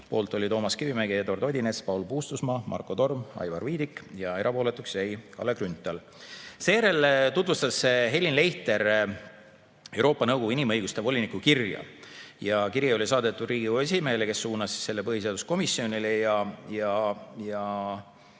Poolt olid Toomas Kivimägi, Eduard Odinets, Paul Puustusmaa, Marko Torm ja Aivar Viidik ning erapooletuks jäi Kalle Grünthal. Seejärel tutvustas Helin Leichter Euroopa Nõukogu inimõiguste voliniku kirja. Kiri oli saadetud Riigikogu esimehele, kes oli suunanud selle põhiseaduskomisjonile.